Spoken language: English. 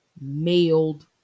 Mailed